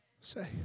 Say